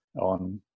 on